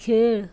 खेळ